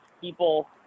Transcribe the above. people